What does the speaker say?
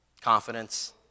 confidence